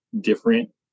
different